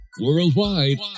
worldwide